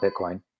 Bitcoin